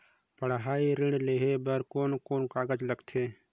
पढ़ाई ऋण लेहे बार कोन कोन कागज लगथे?